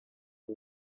ari